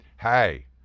Hey